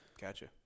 Gotcha